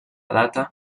data